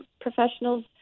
professionals